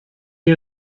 est